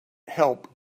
help